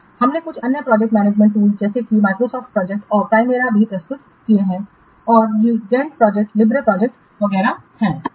हमने कुछ अन्य प्रोजेक्ट मैनेजमेंट टूल जैसे कि Microsoft प्रोजेक्ट और प्राइमेरा भी प्रस्तुत किए हैं और ये गैंट प्रोजेक्ट लिबरे प्रोजेक्ट वगैरह हैं